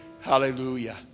Hallelujah